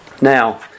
Now